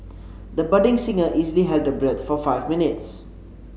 the budding singer easily held her breath for five minutes